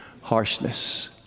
harshness